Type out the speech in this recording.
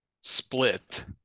split